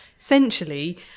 Essentially